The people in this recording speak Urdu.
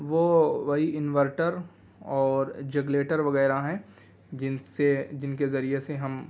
وہ وہی انورٹر اور جنریٹر وغیرہ ہیں جن سے جن کے ذریعے سے ہم